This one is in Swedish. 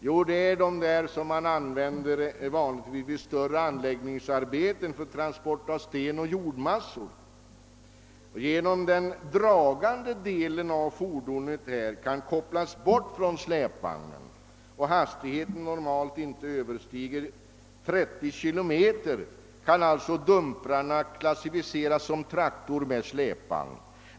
Jo, det är fordon som vanligtvis används vid större anläggningsarbeten för transport av sten och jordmassor. Genom att den dragande delen av fordonet kan kopplas bort från släpvagnen och hastigheten normalt inte överstiger 30 kilometer i timmen kan dumpern alltså klassificeras som traktor med släpvagn.